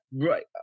right